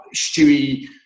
Stewie